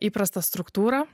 įprastą struktūrą